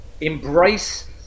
embrace